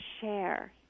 share